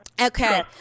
Okay